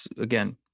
again